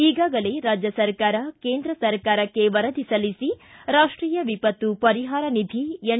ಈಗಾಗಲೇ ರಾಜ್ಯ ಸರ್ಕಾರ ಕೇಂದ್ರ ಸರ್ಕಾರಕ್ಷೆ ವರದಿ ಸಲ್ಲಿಸಿ ರಾಷ್ಟೀಯ ವಿಪತ್ತು ಪರಿಹಾರ ನಿಧಿ ಎನ್